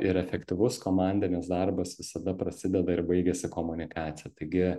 ir efektyvus komandinis darbas visada prasideda ir baigiasi komunikacija taigi